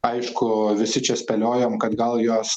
aišku visi čia spėliojom kad gal jos